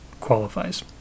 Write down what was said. qualifies